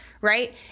Right